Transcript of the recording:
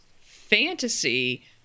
fantasy